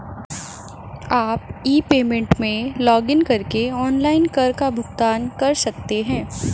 आप e payment में login करके ऑनलाइन कर का भुगतान कर सकते हैं